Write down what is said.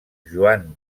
joan